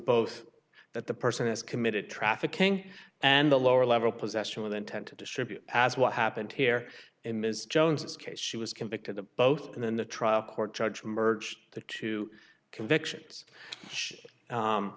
both that the person has committed trafficking and a lower level possession with intent to distribute as what happened here in ms jones case she was convicted of both and then the trial court judge merged the two convictions